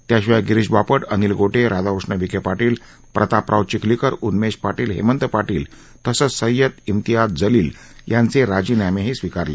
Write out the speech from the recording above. त्याशिवाय गिरीश बापट अनिल गोटे राधाकृष्ण विखे पाटील प्रतापराव चिखलीकर उन्मेश पाटील हेमंत पाटील तसंच सय्यद इमतियाज जलील यांचे राजीनामेही स्वीकारले